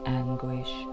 anguish